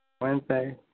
Wednesday